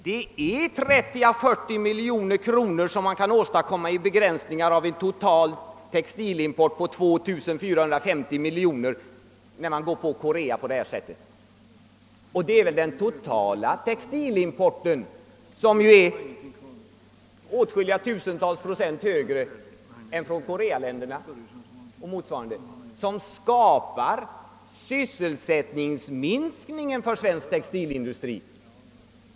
Det är 30 å 40 miljoner kronor som man kan åstadkomma i begränsningar på en total textilimport som uppgår till 2450 miljoner, när man angriper importen från Korea och motsvarande länder på detta sätt. Det är väl den totala textilimporten, som är åtskilliga tusental procent högre än importen från Korea och motsvarande länder, som medför en sysselsättningsminskning för svensk textilindustri.